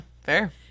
fair